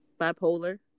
bipolar